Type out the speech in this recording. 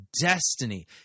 destiny